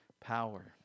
power